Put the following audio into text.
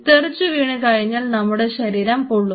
തെറിച്ചുവീണ് കഴിഞ്ഞാൽ നമ്മുടെ ശരീരം പൊള്ളും